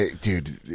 Dude